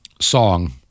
song